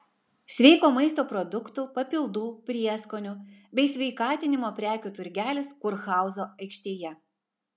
sveiko maisto produktų papildų prieskonių bei sveikatinimo prekių turgelis kurhauzo aikštėje